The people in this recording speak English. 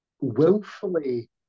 willfully